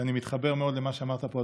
ואני מתחבר מאוד למה שאמרת פה,